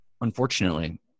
unfortunately